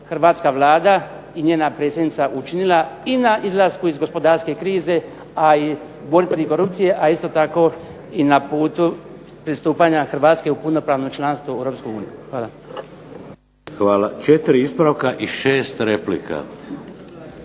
hrvatska Vlada i njena predsjednica učinila i na izlasku iz gospodarske krize, a i u borbi protiv korupcije, a isto tako i na putu pristupanja Hrvatske u punopravno članstvo u Europsku uniju. Hvala. **Šeks, Vladimir (HDZ)** Hvala. Četiri ispravka i šest replika.